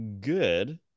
good